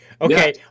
Okay